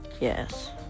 Yes